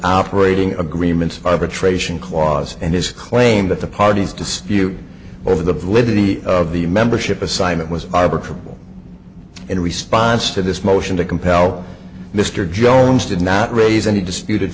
operating agreement arbitration clause and his claim that the parties dispute over the validity of the membership assignment was in response to this motion to compel mr jones did not raise any disputed